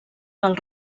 del